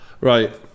right